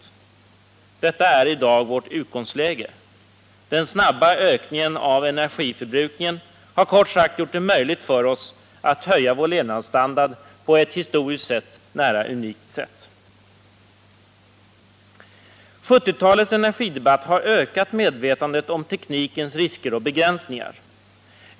Sådant är vårt utgångsläge i dag. Den snabba ökningen av energiförbrukningen har kort sagt gjort det möjligt för oss att höja vår levnadsstandard på ett i historiskt avseende nära nog unikt sätt. 1970-talets energidebatt har ökat medvetandet om teknikens risker och begränsningar.